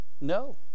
No